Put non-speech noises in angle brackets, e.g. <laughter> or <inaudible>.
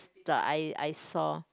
<noise> I I saw